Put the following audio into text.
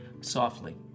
softly